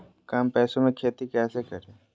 कम पैसों में खेती कैसे करें?